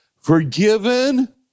Forgiven